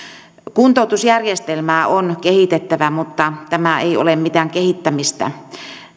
kuntoutusjärjestelmää on kehitettävä mutta tämä ei ole mitään kehittämistä